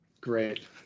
great